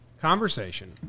Conversation